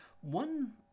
One